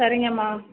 சரிங்கம்மா